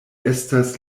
estas